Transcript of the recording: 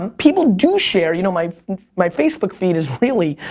and people do share, you know my my facebook feed is really,